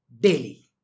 daily